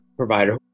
Provider